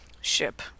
ship